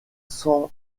cents